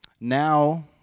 Now